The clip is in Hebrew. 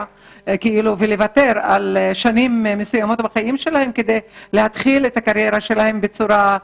ולוותר על שנים בשביל להתחיל את הקריירה מוקדם יותר.